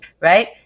right